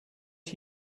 are